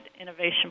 innovation